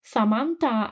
Samantha